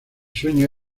sueño